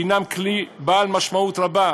שהם כלי בעל משמעות רבה,